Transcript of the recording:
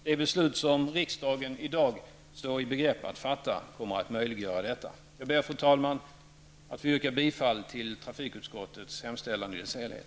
Det beslut som riksdagen i dag står i begrepp att fatta kommer att möjliggöra detta. Fru talman! Jag ber att få yrka bifall till trafikutskottets hemställan i dess helhet.